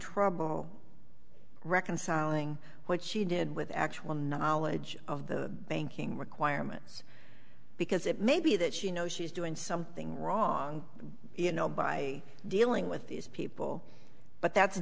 trouble reconciling what she did with actual knowledge of the banking requirements because it may be that she knows she's doing something wrong you know by dealing with these people but that's